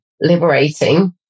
liberating